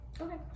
Okay